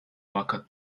fakat